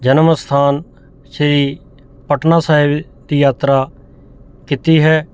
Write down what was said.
ਜਨਮ ਅਸਥਾਨ ਸ਼੍ਰੀ ਪਟਨਾ ਸਾਹਿਬ ਦੀ ਯਾਤਰਾ ਕੀਤੀ ਹੈ